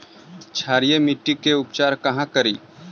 क्षारीय मिट्टी के उपचार कहा करी?